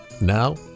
now